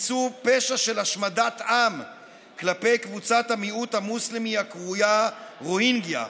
ביצעו פשע של השמדת עם כלפי קבוצת המיעוט המוסלמי הקרויה רוהינגיה,